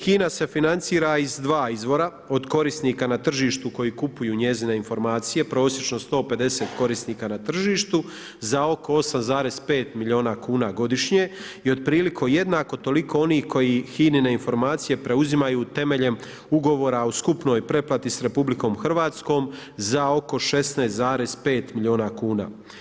HINA se financira iz dva izvora: od korisnika na tržištu koji kupuju njezine informacije, prosječno 150 korisnika na tržištu, za oko 8,5 miliona kuna godišnje i otprilike jednako toliko onih HINA-ine informacije preuzimaju temeljem ugovor o skupnoj pretplati s RH za oko 16,5 miliona kuna.